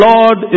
Lord